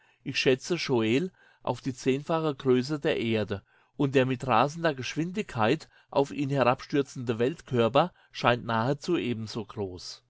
ich schätze scheol auf die zehnfache größe der erde und der mit rasender geschwindigkeit auf ihn herabstürzende weltkörper scheint nahezu ebensogroß